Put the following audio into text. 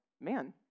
man